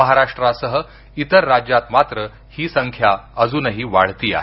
महाराष्ट्रासह इतर राज्यांत मात्र ही संख्या अजूनही वाढती आहे